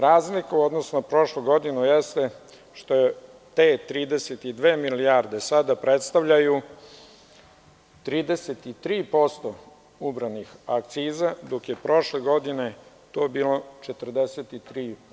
Razlika u odnosu na prošlu godinu jeste što te 32 milijarde sada predstavljaju 33% ubranih akciza, dok je prošle godine to bilo 43%